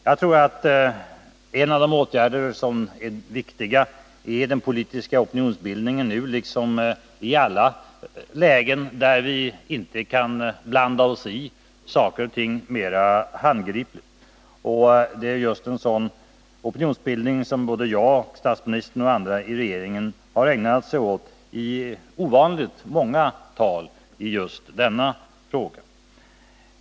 Jag tror att en av de åtgärder som är viktiga är den politiska opinionsbildningen nu liksom i alla lägen där vi inte kan blanda oss i saker och ting mera handgripligt. Det är just en sådan opinionsbildning som både jag, statsministern och andra i regeringen ägnat sig åt i ovanligt många tal i denna fråga.